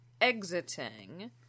exiting